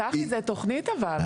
צחי, זה תכנית אבל.